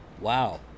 wow